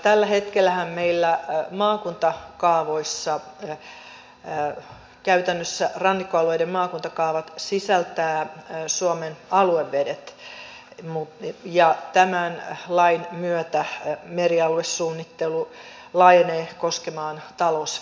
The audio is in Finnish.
tällä hetkellähän meillä käytännössä rannikkoalueiden maakuntakaavat sisältävät suomen aluevedet ja tämän lain myötä merialuesuunnittelu laajenee koskemaan talousvyöhykettä